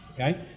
Okay